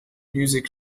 music